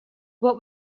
what